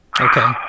Okay